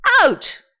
out